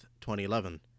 2011